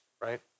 right